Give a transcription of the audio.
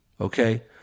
Okay